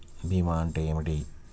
భీమా అంటే ఏమిటి?